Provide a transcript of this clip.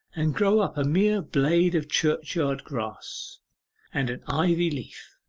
and grow up a mere blade of churchyard-grass and an ivy leaf.